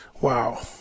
Wow